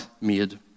made